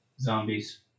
zombies